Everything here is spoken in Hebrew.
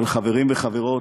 אבל, חברים וחברות,